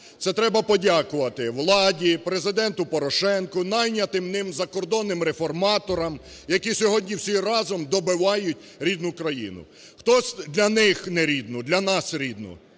Це треба подякувати владі, Президенту Порошенку, найнятим ним закордонним реформаторам, які сьогодні всі разом добивають рідну країну, для них нерідну, для нас рідну.